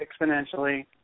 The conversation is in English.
exponentially